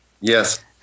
Yes